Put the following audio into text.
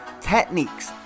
techniques